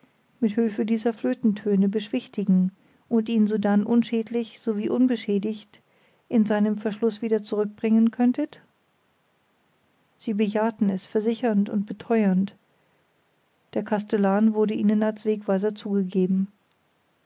mit hülfe dieser flötentöne beschwichtigen und ihn sodann unschädlich sowie unbeschädigt in seinem verschluß wieder zurückbringen könntet sie bejahten es versichernd und beteuernd der kastellan wurde ihnen als wegweiser zugegeben